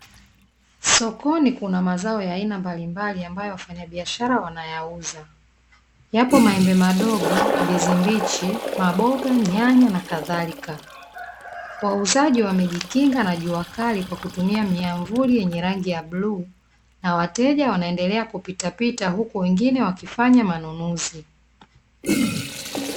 Sokoni kuna mazao ya aina mbalimbali ambayo wafanyabiashara wanayauza. Yapo maembe madogo, ndizi mbichi, maboga, nyanya na kadhalika. Wauzaji wamejikinga na jua kali kwa kutumia miamvuli yenye rangi ya bluu na wateja wanaendelea kupitapita huku wengine wakifanya manunuzi.